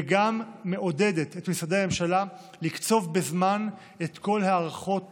וגם מעודדת את משרדי הממשלה לקצוב בזמן את כל הארכות